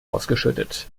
ausgeschüttet